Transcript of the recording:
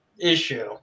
issue